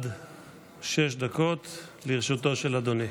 עד שש דקות לרשותו של אדוני.